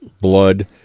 blood